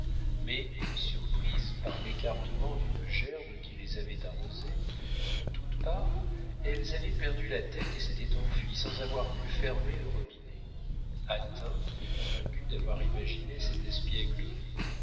mais surprises par l'écartement d'une gerbe qui les avait arrosées de toutes parts elles avaient perdu la tête et s'étaient enfuies sans avoir pu fermer le robinet atteint et convaincu d'avoir imaginé cette espiéglerie